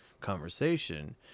conversation